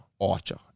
Archer